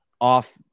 off